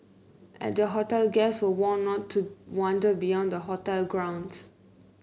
at the hotel guests were warned not to wander beyond the hotel grounds